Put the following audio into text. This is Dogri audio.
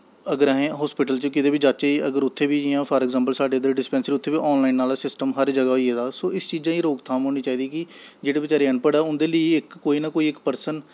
अगर अस हस्पिटल च कुतै बी जाच्चै उत्थेै बी फॉर अग़्ज़ैंपल साढ़े इत्थै डिस्पैंसरी उत्थै बी ऑन लाईन आह्ला सिस्टम हर जगह होई गेदा इस चीज़ां दी रोक थाम होनी चाहिदी कि जेह्ड़े अनपढ़ न उं'दे लेई इक पर्सन